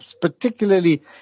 particularly